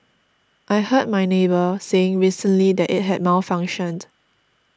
I heard my neighbour saying recently that it had malfunctioned